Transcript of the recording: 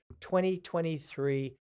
2023